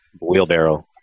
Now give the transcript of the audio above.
wheelbarrow